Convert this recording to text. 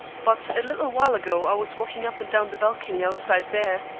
but a little while ago i was walking up and down the balcony outside there,